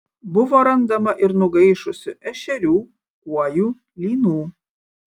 buvo randama ir nugaišusių ešerių kuojų lynų